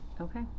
Okay